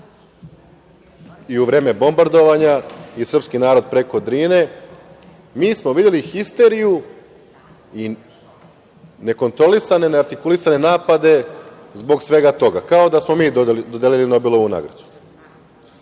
i u vreme bombardovanja i srpski narod preko Drine. Mi smo videli histeriju i nekontrolisane i neartikulisane napade zbog svega toga, kao da smo mi dodelili Nobelovu nagradu,